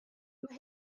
mae